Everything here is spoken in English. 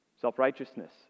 Self-righteousness